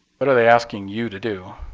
but are they asking you to do?